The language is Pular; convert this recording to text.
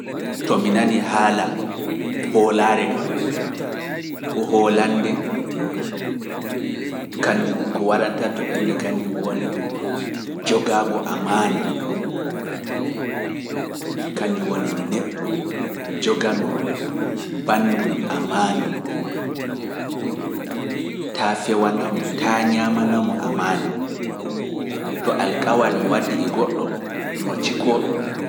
To mi nani haala hoolaare kam, ko hoolande, kanjum ko waɗanta to ɓernde kanjum woni jogaago amaana, kanjum woni neɗɗo jogano banndum amaana, taa fewanamo, taa ñaamanamo amaana, to alkawal mo waddi e goɗɗo mo cikoo ɗum.